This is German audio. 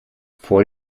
vor